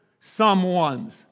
someone's